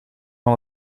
van